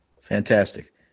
Fantastic